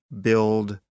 build